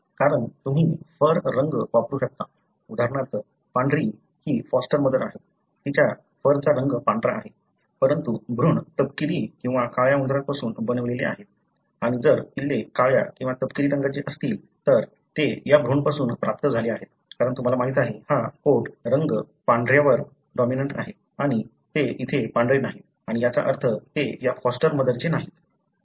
कारण तुम्ही फर रंग वापरू शकता उदाहरणार्थ पांढरी ही फॉस्टर मदर आहे तिच्या फरचा रंग पांढरा आहे परंतु भ्रूण तपकिरी किंवा काळ्या उंदरापासून बनविलेले आहेत आणि जर पिल्ले काळ्या किंवा तपकिरी रंगाचे असतील तर ते या भ्रूणापासून प्राप्त झाले आहेत कारण तुम्हाला माहित आहे हा कोट रंग पांढर्यावर डॉमिनंट आहे आणि ते येथे पांढरे नाहीत आणि याचा अर्थ ते या फॉस्टर मदरचे नाहीत